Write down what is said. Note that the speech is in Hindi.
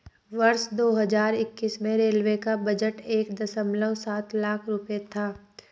वर्ष दो हज़ार इक्कीस में रेलवे का बजट एक दशमलव सात लाख रूपये था